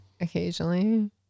Occasionally